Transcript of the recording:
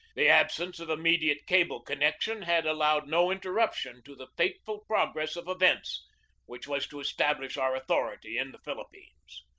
the absence of immediate cable connection had allowed no interruption to the fateful progress of events which was to establish our authority in the philippines.